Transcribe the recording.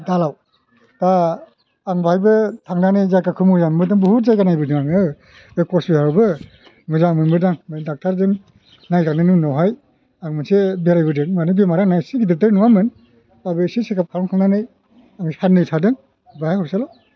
दालआव दा आं बाहायबो थांनानै जायगाखौ मोजां मोनबोदों बुहुद जायगा नायबोदों आङो बे कचबिहारआवबो मोजां मोनबोदां बे डाक्टारजों नायजानायनि उनावहाय आं मोनसे बेरायबोदों माने बेमारा एसे गिदिर नङामोन होनबाबो एसे चेकाप खालामखांनानै आं साननै थादों बेहाय हस्पितालआव